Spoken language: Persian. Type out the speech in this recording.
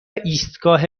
ایستگاه